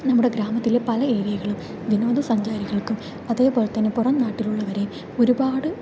നമ്മുടെ ഗ്രാമത്തിലെ പല ഏരിയകളും വിനോദസഞ്ചാരികൾക്കും അതേപോലെത്തന്നെ പുറം നാട്ടിലുള്ളവരെയും ഒരുപാട്